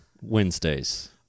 Wednesdays